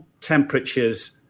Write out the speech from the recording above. temperatures